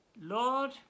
Lord